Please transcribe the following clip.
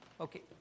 Okay